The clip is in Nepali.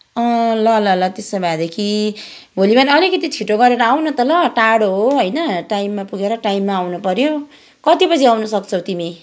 ल ल ल त्यसो भएदेखि भोलि बिहान अलिकति छिटो गरेर आऊ न त ल टाढो हो होइन टाइममा पुगेर टाइममा आउनुपऱ्यो कति बजी आउनु सक्छौ तिमी